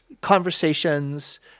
conversations